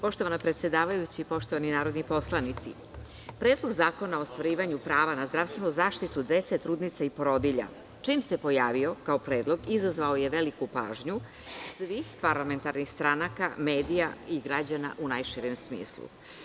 Poštovana predsedavajuća, poštovani narodni poslanici, Predlog zakona o ostvarivanju prava na zdravstvenu zaštitu dece, trudnica i porodilja čim se pojavio kao predlog izazvao je veliku pažnju svih parlamentarnih stranaka, medija i građana u najširem smislu.